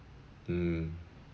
mm